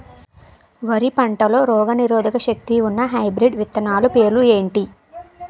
వరి పంటలో రోగనిరోదక శక్తి ఉన్న హైబ్రిడ్ విత్తనాలు పేర్లు ఏంటి?